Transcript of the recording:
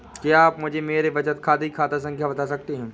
क्या आप मुझे मेरे बचत खाते की खाता संख्या बता सकते हैं?